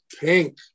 Pink